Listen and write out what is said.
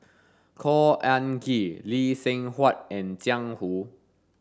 Khor Ean Ghee Lee Seng Huat and Jiang Hu